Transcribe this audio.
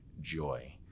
joy